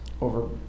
over